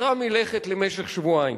עצרה מלכת למשך שבועיים.